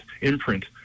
imprint